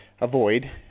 avoid